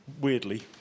weirdly